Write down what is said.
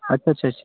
अच्छा अच्छा अच्छा